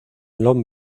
long